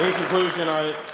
conclusion, i.